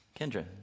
Kendra